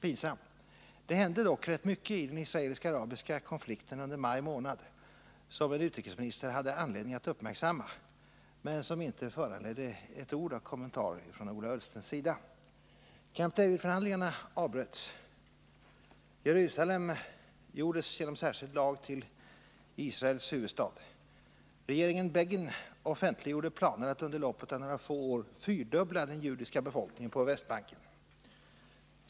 Det hände dock rätt mycket i den israelisk-arabiska konflikten under maj månad som en utrikesminister hade anledning att uppmärksamma men som inte föranledde ett ord av kommentar från Ola Ullstens sida. Camp David-förhandlingarna avbröts. Jerusalem gjordes genom särskild lag till Israels huvudstad. Regeringen Begin offentliggjorde planer på att under loppet av några få år fyrdubbla den judiska befolkningen på Västbanken.